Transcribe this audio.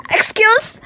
Excuse